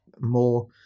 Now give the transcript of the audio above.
more